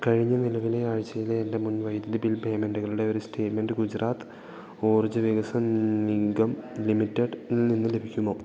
കഴിഞ്ഞ നിലവിലെ ആഴ്ചയിലെ എൻ്റെ മുൻ വൈദ്യുതി ബിൽ പേയ്മെൻ്റുകളുടെ ഒരു സ്റ്റേറ്റ്മെൻ്റ് ഗുജറാത്ത് ഊർജ വികസൻ നിഗം ലിമിറ്റഡ്ൽനിന്ന് ലഭിക്കുമോ